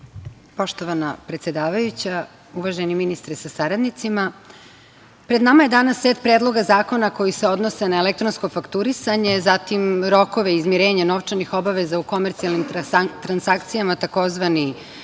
Hvala. Poštovana predsedavajuća, uvaženi ministre sa saradnicima, pred nama je danas set predloga zakona koji se odnose na elektronsko fakturisanje, zatim rokovi izmirenja novčanih obaveza u komercijalnim transakcijama, tzv.